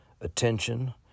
attention